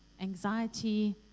anxiety